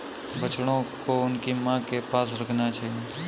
बछड़ों को उनकी मां के पास रखना चाहिए